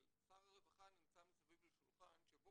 אבל שר הרווחה נמצא מסביב לשולחן שבו